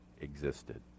existed